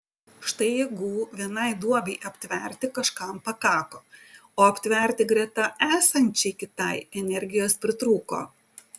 štai jėgų vienai duobei aptverti kažkam pakako o aptverti greta esančiai kitai energijos pritrūko